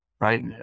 right